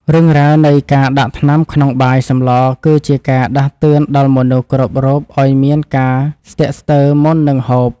រឿងរ៉ាវនៃការដាក់ថ្នាំក្នុងបាយ សម្ល គឺជាការដាស់តឿនដល់មនុស្សគ្រប់រូបឱ្យមានការស្ទាក់ស្ទើរមុននឹងហូប។